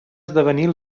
esdevenir